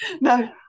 no